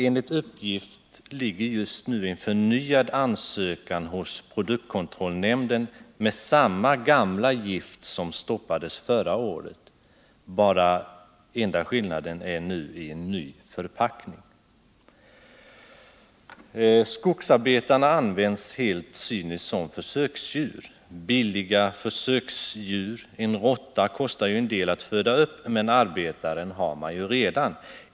Enligt uppgift ligger just nu en förnyad ansökan hos produktkontrollnämnden beträffande samma gamla gift som stoppades förra året. Den enda skillnaden är en ny förpackning. Skogsarbetarna används helt cyniskt som försöksdjur — billiga försöksdjur. En råtta kostar ju en del att föda upp, men arbetaren har man ju redan.